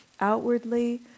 outwardly